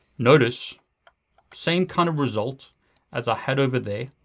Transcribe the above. notice same kind of result as i had over there.